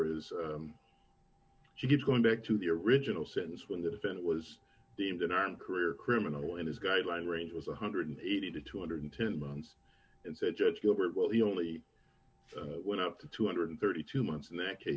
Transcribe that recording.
is she keeps going back to the original sentence when that event was deemed an armed career criminal and as guideline range was one hundred and eighty to two hundred and ten months and said judge gilbert well he only went up to two hundred and thirty two months in that case